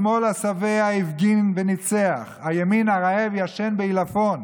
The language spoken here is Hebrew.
השמאל השבע הפגין וניצח, הימין הרעב ישן בעילפון.